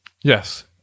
Yes